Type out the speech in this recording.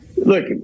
Look